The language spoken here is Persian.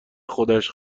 خودش